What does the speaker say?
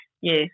yes